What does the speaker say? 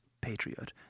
patriot